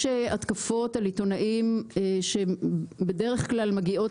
יש התקפות על עיתונאים שבדרך כלל מגיעות